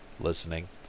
listening